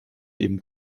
dem